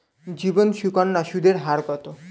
জীবন সুকন্যা সুদের হার কত?